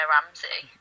Ramsey